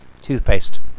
Toothpaste